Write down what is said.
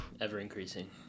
Ever-increasing